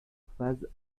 phase